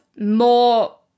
more